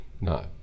no